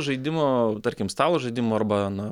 žaidimo tarkim stalo žaidimo arba na